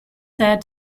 said